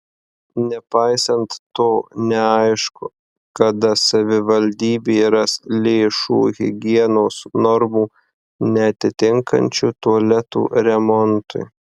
nepaisant to neaišku kada savivaldybė ras lėšų higienos normų neatitinkančių tualetų remontui